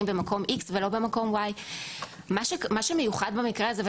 במקום X ולא במקום Y. מה שמיוחד במקרה הזה,